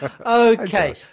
okay